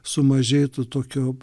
sumažėtų tokio